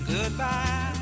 Goodbye